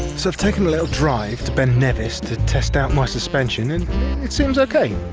so i've taken a little drive to ben nevis to test out my suspension and it seems okay.